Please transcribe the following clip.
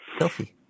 Selfie